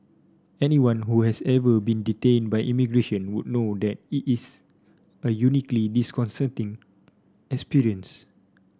anyone who has ever been detained by immigration would know that it is a uniquely disconcerting experience